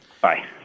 Bye